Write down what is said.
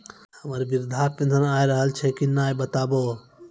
हमर वृद्धा पेंशन आय रहल छै कि नैय बताबू?